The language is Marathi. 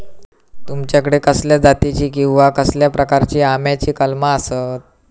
तुमच्याकडे कसल्या जातीची किवा कसल्या प्रकाराची आम्याची कलमा आसत?